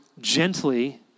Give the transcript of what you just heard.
gently